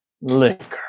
Liquor